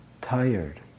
tired